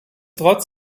trotz